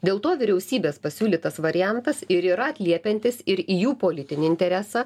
dėl to vyriausybės pasiūlytas variantas ir yra atliepiantis ir į jų politinį interesą